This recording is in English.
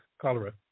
cholera